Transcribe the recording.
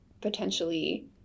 potentially